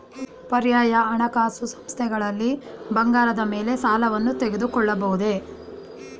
ಪರ್ಯಾಯ ಹಣಕಾಸು ಸಂಸ್ಥೆಗಳಲ್ಲಿ ಬಂಗಾರದ ಮೇಲೆ ಸಾಲವನ್ನು ತೆಗೆದುಕೊಳ್ಳಬಹುದೇ?